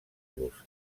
los